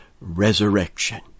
resurrection